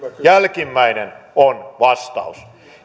jälkimmäinen on vastaus